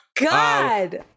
God